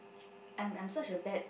I'm I'm such a bad